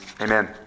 Amen